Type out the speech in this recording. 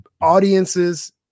audiences